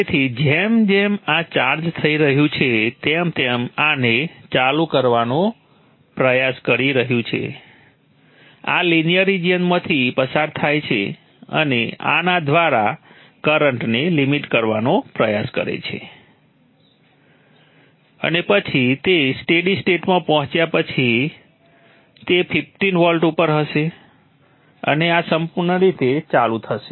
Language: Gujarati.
તેથી જેમ જેમ આ ચાર્જ થઈ રહ્યું છે તેમ તેમ આને ચાલુ કરવાનો પ્રયાસ કરી રહ્યું છે આ લિનિયર રીજીયનમાંથી પસાર થાય છે અને આના દ્વારા કરંટને લિમિટ કરવાનો પ્રયાસ કરે છે અને પછી તે સ્ટેડી સ્ટેટમાં પહોંચ્યા પછી તે 15 વોલ્ટ ઉપર હશે અને આ સંપુર્ણ રીતે ચાલુ થશે